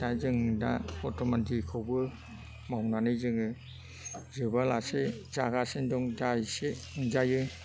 दा जों दा बर्थमान जेखौबो मावनानै जोङो जोबा लासे जागासिनो दं दा एसे मोनजायो